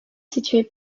situé